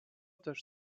też